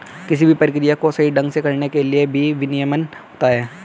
किसी भी प्रक्रिया को सही ढंग से करने के लिए भी विनियमन होता है